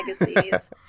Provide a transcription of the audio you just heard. legacies